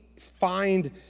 find